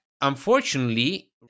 unfortunately